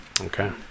Okay